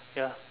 ya